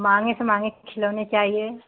मांगे से मांगे खिलौने चाहिये